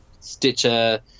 stitcher